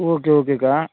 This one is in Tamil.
ஓகே ஓகேக்கா